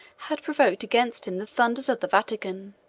had provoked against him the thunders of the vatican.